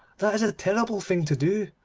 that is a terrible thing to do